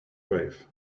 wave